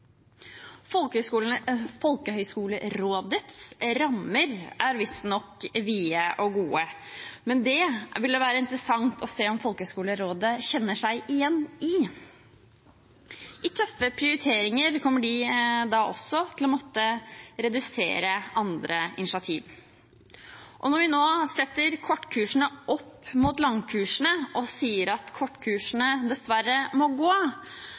Folkehøgskolerådets rammer er visstnok vide og gode, men det ville det være interessant å se om Folkehøgskolerådet kjenner seg igjen i. I tøffe prioriteringer kommer de også til å måtte redusere andre initiativ, og når vi nå setter kortkursene opp mot langkursene og sier at kortkursene dessverre må gå,